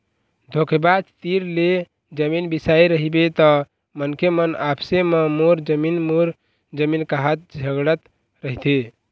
धोखेबाज तीर ले जमीन बिसाए रहिबे त मनखे मन आपसे म मोर जमीन मोर जमीन काहत झगड़त रहिथे